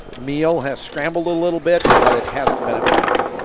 meehl has scrambled a little bit but it hasn't been effective.